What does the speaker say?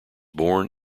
born